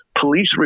police